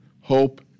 hope